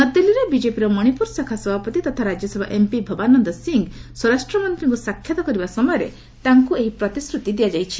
ନ୍ନଆଦିଲ୍ଲୀରେ ବିଜେପିର ମଣିପୁର ଶାଖା ସଭାପତି ତଥା ରାକ୍ୟସଭା ଏମ୍ପି ଭାବାନନ୍ଦ ସିଂ ସ୍ୱରାଷ୍ଟ୍ର ମନ୍ତ୍ରୀଙ୍କୁ ସାକ୍ଷାତ କରିବା ସମୟରେ ତାଙ୍କୁ ଏହି ପ୍ରତିଶ୍ରତି ଦିଆଯାଇଛି